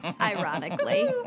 ironically